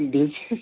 দেখি